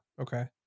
Okay